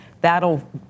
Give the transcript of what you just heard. that'll